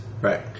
Right